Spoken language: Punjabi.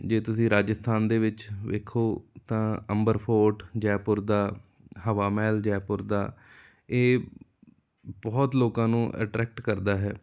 ਜੇ ਤੁਸੀਂ ਰਾਜਸਥਾਨ ਦੇ ਵਿੱਚ ਵੇਖੋ ਤਾਂ ਅੰਬਰ ਫੋਟ ਜੈਪੁਰ ਦਾ ਹਵਾ ਮਹਿਲ ਜੈਪੁਰ ਦਾ ਇਹ ਬਹੁਤ ਲੋਕਾਂ ਨੂੰ ਅਟਰੈਕਟ ਕਰਦਾ ਹੈ